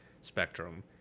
spectrum